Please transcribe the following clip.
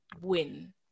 win